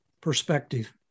perspective